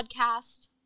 Podcast